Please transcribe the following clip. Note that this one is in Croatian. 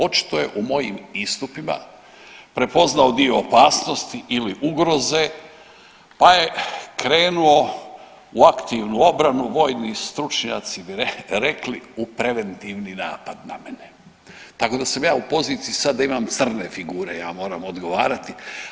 Očito je u mojim istupima prepoznao dio opasnosti ili ugroze, pa je krenuo u aktivnu obranu vojni stručnjaci bi rekli u preventivni napad na mene, tako da sam ja u poziciji sad da imam crne figure, ja moram odgovarati.